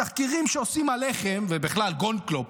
בתחקירים שעושים עליכם, ובכלל, גולדקנופ,